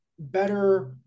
better